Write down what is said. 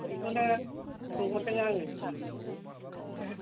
बेखौनो सोंहरदों आङो सार